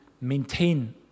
maintain